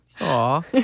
Aw